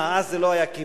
מה, אז זה לא היה כיבוש?